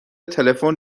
تلفن